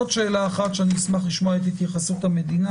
זאת שאלה אחת שאני אשמח לשמוע את התייחסות המדינה,